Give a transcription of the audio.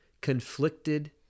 conflicted